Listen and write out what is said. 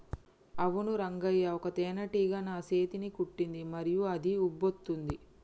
అవును రంగయ్య ఒక తేనేటీగ నా సేతిని కుట్టింది మరియు అది ఉబ్బుతోంది